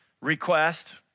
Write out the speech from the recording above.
request